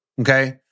Okay